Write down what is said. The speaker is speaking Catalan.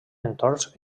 entorns